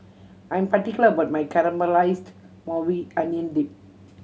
I'm particular about my Caramelized Maui Onion Dip